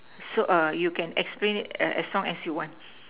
so you can explain it as long as you want